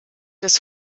des